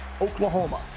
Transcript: Oklahoma